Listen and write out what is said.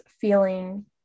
feeling